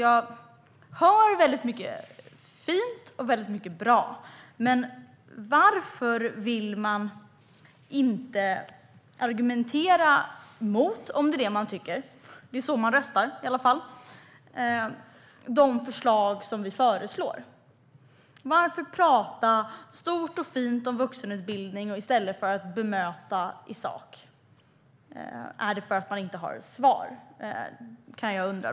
Jag hör väldigt mycket fint och väldigt mycket bra. Men varför vill man inte argumentera mot de förslag som vi har, om det är så man tycker? Det är så man röstar i alla fall. Varför prata stort och fint om vuxenutbildning i stället för att bemöta i sak? Är det för att man inte har svar? Det kan jag undra.